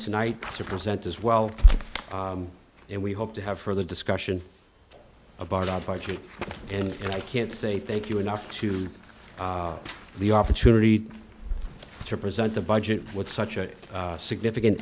tonight to present as well and we hope to have further discussion about our party and i can't say thank you enough to the opportunity to present the budget with such a significant